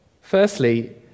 Firstly